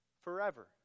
forever